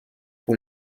pour